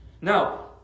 Now